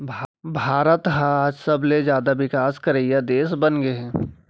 भारत ह आज सबले जाता बिकास करइया देस बनगे हे